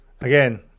Again